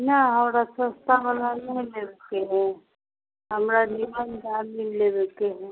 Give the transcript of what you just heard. ना हमरा सस्ता मोबाइल ना लेबयके हइ हमरा मीडीयम दाममे लेबयके हइ